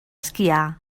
esquiar